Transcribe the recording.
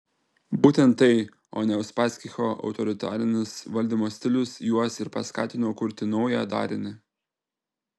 būtent tai o ne uspaskicho autoritarinis valdymo stilius juos ir paskatino kurti naują darinį